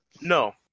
No